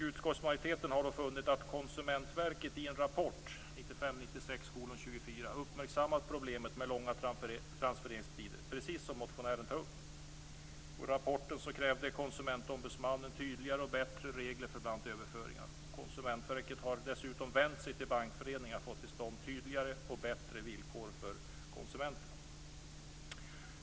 Utskottsmajoriteten har funnit att Konsumentverket i en rapport, 1995/96:24, uppmärksammat problemet med långa transfereringstider, precis som motionären tar upp. I rapporten krävde Konsumentombudsmannen tydligare och bättre regler för bl.a. överföringar. Konsumentverket har dessutom vänt sig till Bankföreningen för att få till stånd tydligare och bättre villkor för konsumenterna.